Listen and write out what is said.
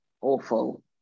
awful